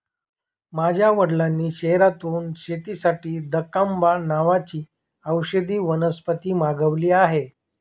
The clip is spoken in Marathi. माझ्या वडिलांनी शहरातून शेतीसाठी दकांबा नावाची औषधी वनस्पती मागवली आहे